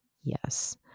Yes